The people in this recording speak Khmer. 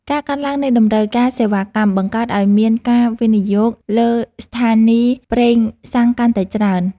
ការកើនឡើងនៃតម្រូវការសេវាកម្ម បង្កើតឱ្យមានការវិនិយោគលើស្ថានីយ៍ប្រេងសាំងកាន់តែច្រើន។